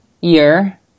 year